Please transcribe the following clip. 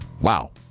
Wow